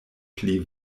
pli